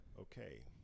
Okay